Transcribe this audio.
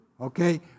okay